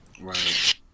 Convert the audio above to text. right